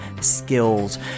skills